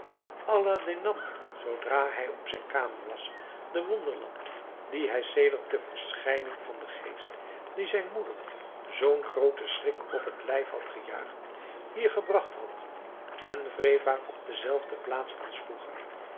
aladdin nam zoodra hij op zijn kamer was de wonderlamp die hij sedert de verschijning van den geest die zijn moeder zoo n grooten schrik op t lijf had gejaagd hier gebracht had en wreef haar op dezelfde plaats als vroeger